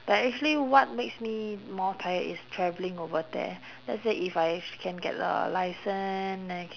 but actually what makes me more tired is travelling over there let's say if I can get a license then c~